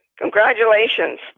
Congratulations